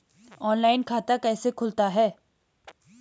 Online खाता कैसे खुलता है?